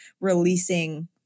releasing